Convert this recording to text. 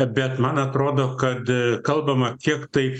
bet man atrodo kad kalbama kiek tai